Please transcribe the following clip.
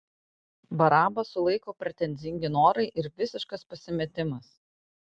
barabą sulaiko pretenzingi norai ir visiškas pasimetimas